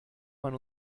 man